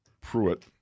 Pruitt